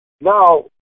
Now